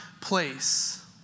place